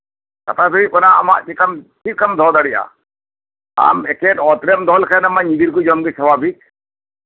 ᱠᱟᱨᱚᱱ ᱫᱚ ᱦᱩᱭᱩᱜ ᱠᱟᱱᱟ ᱟᱢᱟᱜ ᱟᱢ ᱪᱮᱫ ᱞᱮᱠᱟᱢ ᱫᱚᱦᱚ ᱫᱟᱲᱮᱭᱟᱜᱼᱟ ᱟᱢ ᱮᱠᱮᱱ ᱚᱛ ᱨᱮᱢ ᱫᱚᱦᱚ ᱞᱮᱠᱷᱟᱱ ᱧᱤᱫᱤᱨ ᱠᱚ ᱡᱚᱢᱟ ᱚᱱᱟ ᱢᱟ ᱥᱟᱵᱟᱵᱷᱤᱠ